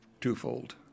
twofold